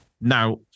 Now